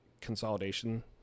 consolidation